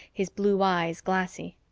his blue eyes glassy.